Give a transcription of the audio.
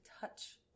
touch